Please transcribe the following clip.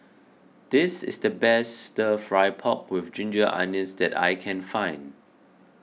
this is the best Stir Fry Pork with Ginger Onions that I can find